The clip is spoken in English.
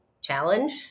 challenge